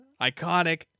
iconic